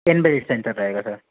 ten milli centre रहेगा sir